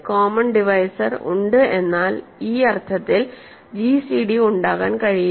common divisor ഉണ്ട് എന്നാൽ ഈ അർത്ഥത്തിൽ gcd ഉണ്ടാകാൻ കഴിയില്ല